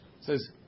says